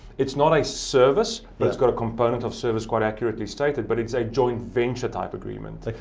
it's not a service, but it's got a component of service quite accurately stated. but it's a joint venture type agreement, like